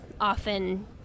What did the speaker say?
often